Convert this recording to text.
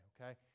okay